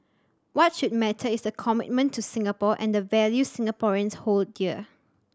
what should matter is the commitment to Singapore and the values Singaporeans hold dear